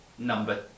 Number